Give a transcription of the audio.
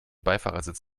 beifahrersitz